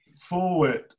forward